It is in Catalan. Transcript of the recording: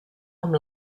amb